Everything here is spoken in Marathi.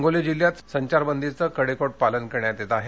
हिंगोली जिल्ह्यात संचारबंदीचे कडेकोट पालन करण्यात येत आहे